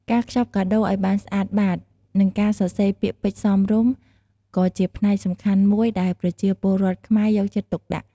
ការខ្ចប់កាដូរឱ្យបានស្អាតបាត និងការសរសេរពាក្យពេចន៍សមរម្យ ក៏ជាផ្នែកសំខាន់មួយដែលប្រជាពលរដ្ឋខ្មែរយកចិត្តទុកដាក់។